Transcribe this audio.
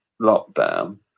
lockdown